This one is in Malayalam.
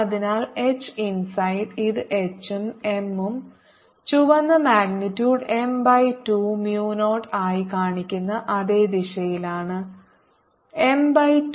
അതിനാൽ H ഇൻസൈഡ് ഇത് H ഉം M ഉം ചുവന്ന മാഗ്നിറ്റ്യൂഡ് M ബൈ 2 mu 0 ആയി കാണിക്കുന്ന അതേ ദിശയിലാണ് M ബൈ 2